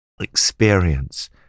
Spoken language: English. Experience